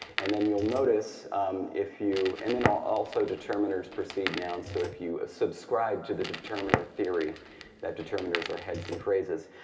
and then you'll notice if you and then also determiners proceed nouns. so if you subscribe to the determiner theory that determiners are heads and phrases,